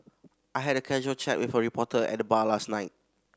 I had a casual chat with a reporter at the bar last night